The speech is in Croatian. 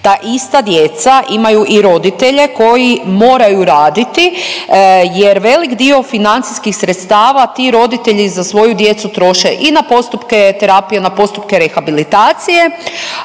Ta ista djeca imaju i roditelje koji moraju raditi jer velik dio financijskih sredstava ti roditelji za svoju djecu troše i na postupke terapije, na postupke rehabilitacije.